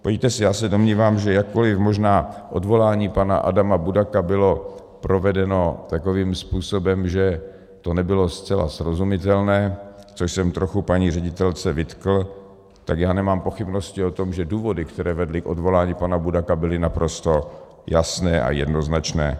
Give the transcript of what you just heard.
Podívejte se, já se domnívám, že jakkoliv možná odvolání pana Adama Budaka bylo provedeno takovým způsobem, že to nebylo zcela srozumitelné, což jsem trochu paní ředitelce vytkl, tak nemám pochybnosti o tom, že důvody, které vedly k odvolání pana Budaka, byly naprosto jasné a jednoznačné.